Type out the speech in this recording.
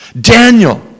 Daniel